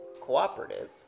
cooperative